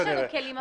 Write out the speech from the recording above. יש לנו כלים.